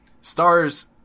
Stars